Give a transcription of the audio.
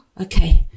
okay